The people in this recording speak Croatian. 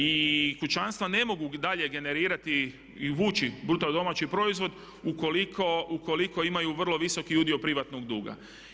I kućanstva ne mogu dalje generirati i vući BDP ukoliko imaju vrlo visoki udio privatnog duga.